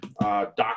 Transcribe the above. Doc